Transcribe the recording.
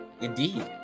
Indeed